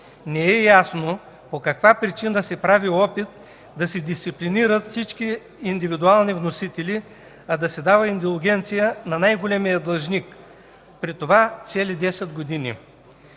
Не е ясно по каква причина се прави опит да се дисциплинират всички индивидуални вносители, а да се дава индулгенция на най-големия длъжник, при това цели 10 години.